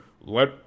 let